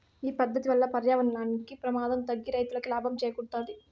ఈ పద్దతి వల్ల పర్యావరణానికి ప్రమాదం తగ్గి రైతులకి లాభం చేకూరుతాది